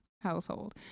household